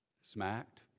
Smacked